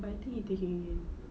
but I think he taking in